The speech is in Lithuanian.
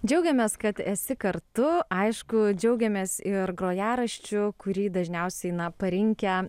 džiaugiamės kad esi kartu aišku džiaugiamės ir grojaraščiu kurį dažniausiai na parinkę